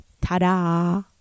ta-da